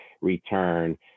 return